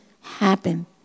happen